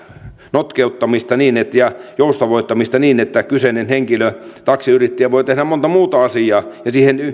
notkeuttamista ja joustavoittamista niin että kyseinen henkilö taksiyrittäjä voi tehdä monta muuta asiaa ja siihen taksin